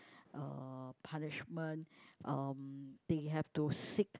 uh punishment um they have to seek